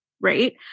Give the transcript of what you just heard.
right